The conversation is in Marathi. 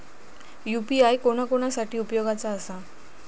यू.पी.आय कोणा कोणा साठी उपयोगाचा आसा?